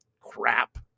crap